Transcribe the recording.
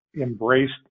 embraced